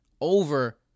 over